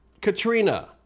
Katrina